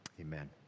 Amen